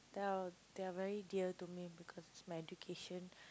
they are they are very dear to me because it's my education